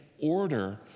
order